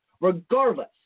regardless